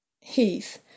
heath